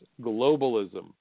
globalism